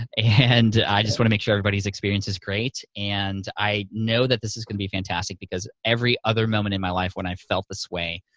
and i just wanna make sure everybody's experience is great. and i know that this is gonna be fantastic because every other moment in my life when i've felt this way,